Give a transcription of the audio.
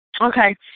Okay